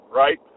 right